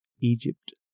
egypt